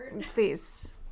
Please